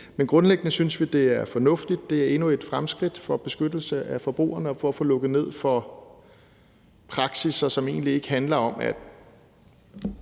Men grundlæggende synes vi, det er fornuftigt; det er endnu et fremskridt for beskyttelse af forbrugerne og for at få lukket ned for praksisser, som egentlig ikke handler om at